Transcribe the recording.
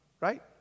right